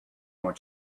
more